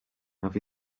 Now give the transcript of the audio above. have